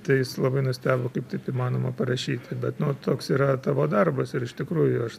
tai jis labai nustebo kaip taip įmanoma parašyti bet nu toks yra tavo darbas ir iš tikrųjų aš